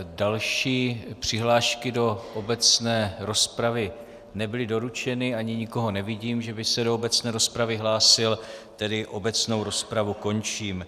Další přihlášky do obecné rozpravy nebyly doručeny ani nikoho nevidím, že by se do obecné rozpravy hlásil, tedy obecnou rozpravu končím.